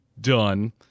done